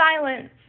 silence